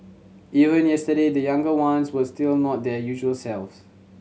even yesterday the younger ones were still not their usual selves